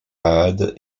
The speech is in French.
inde